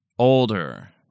Older